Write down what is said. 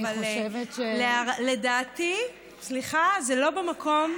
אני חושבת, לדעתי, סליחה, זה לא במקום,